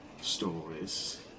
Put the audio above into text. stories